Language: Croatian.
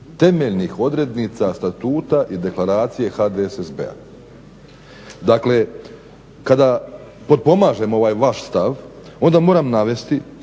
temeljnih odrednica Statuta i Deklaracije HDSSB-a. Dakle, kada potpomažemo ovaj vaš stav onda moram navesti